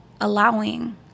allowing